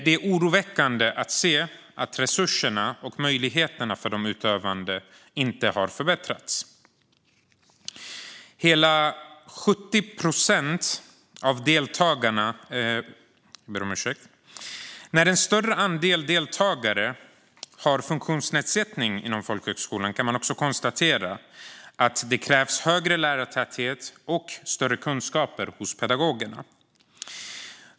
Det är dock oroväckande att se att resurserna och möjligheterna för de utövande inte har förbättrats. När en större andel deltagare inom folkhögskolan har funktionsnedsättning krävs högre lärartäthet och större kunskap hos pedagogerna.